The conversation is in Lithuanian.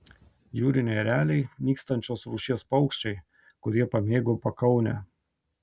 jūriniai ereliai nykstančios rūšies paukščiai kurie pamėgo pakaunę